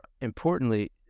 importantly